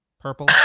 Purple